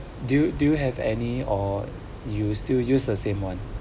do you do you have any or you still use the same one